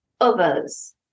others